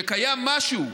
שקיים משהו,